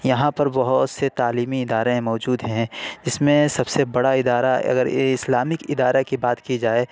یہاں پر بہت سے تعلیمی ادارے موجود ہیں جس میں سب سے بڑا ادارہ اگر یہ اِسلامک ادارہ کی بات کی جائے